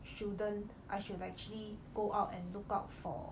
shouldn't I should actually go out and look out for